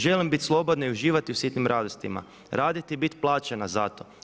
Želim biti slobodna i uživati u sitnim radostima, raditi i biti plaćena za to.